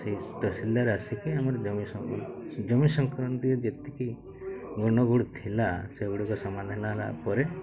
ତହସିଲଦାର ଆସିକି ଆମର ଜମି ସଂକ୍ରାନ୍ତି ଜମି ସଂକ୍ରାନ୍ତିରେ ଯେତିକି ଗୁଣ ଗୁଡ଼ ଥିଲା ସେଗୁଡ଼ିକ ସମାଧାନ ହେଲା ପରେ